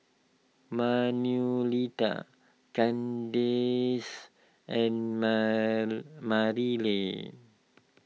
Manuelita Kandice and Marilyn